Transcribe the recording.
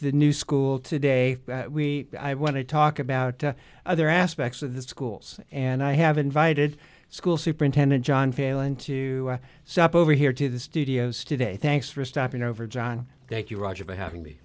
the new school today we want to talk about other aspects of the schools and i have invited school superintendent john failing to stop over here to the studios today thanks for stopping over john thank you roger by having